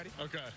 Okay